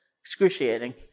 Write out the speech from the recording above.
excruciating